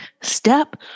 Step